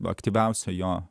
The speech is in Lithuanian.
aktyviausia jo